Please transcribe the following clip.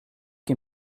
qui